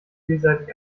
vielseitig